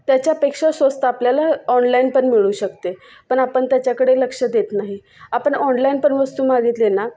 त्याच्यापेक्षा स्वस्त आपल्याला ऑनलाईन पण मिळू शकते पण आपण त्याच्याकडे लक्ष देत नाही आपण ऑनलाईन पण वस्तू मागितली ना